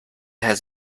has